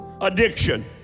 Addiction